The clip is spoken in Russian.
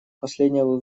последнего